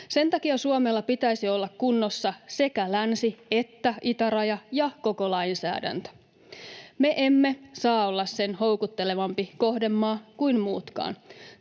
Sen takia Suomella pitäisi olla kunnossa sekä länsi- että itäraja ja koko lainsäädäntö. Me emme saa olla sen houkuttelevampi kohdemaa kuin muutkaan.